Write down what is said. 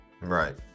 Right